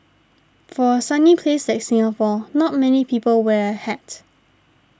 for a sunny place like Singapore not many people wear a hat